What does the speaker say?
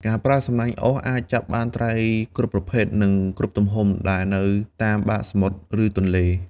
ការប្រើសំណាញ់អូសអាចចាប់បានត្រីគ្រប់ប្រភេទ និងគ្រប់ទំហំដែលនៅតាមបាតសមុទ្រ ឬទន្លេ។